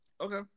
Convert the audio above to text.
Okay